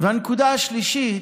והנקודה השלישית,